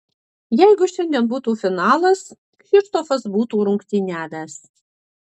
jeigu šiandien būtų finalas kšištofas būtų rungtyniavęs